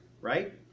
right